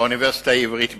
האוניברסיטה העברית בירושלים,